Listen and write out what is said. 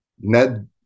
Ned